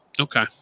okay